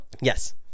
Yes